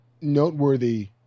noteworthy